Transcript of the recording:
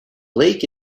lake